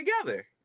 together